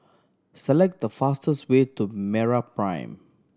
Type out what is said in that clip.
select the fastest way to MeraPrime